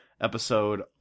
episode